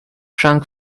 trunk